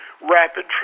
rapid